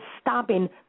stabbing